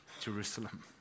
Jerusalem